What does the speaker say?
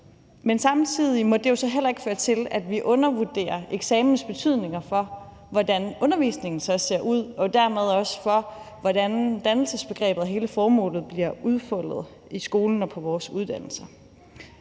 Men samtidig må det jo så heller ikke føre til, at vi undervurderer eksamens betydning for, hvordan undervisningen så ser ud, og dermed også for, hvordan dannelsesbegrebet og hele formålet bliver udfoldet i skolen og på vores uddannelser.